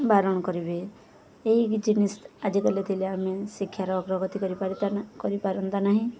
ବାରଣ କରିବେ ଏଇ ଜିନିଷ ଆଜିକାଲି ଥିଲେ ଆମେ ଶିକ୍ଷାର ଅଗ୍ରଗତି କରିପାରିତା ନା କରିପାରନ୍ତା ନାହିଁ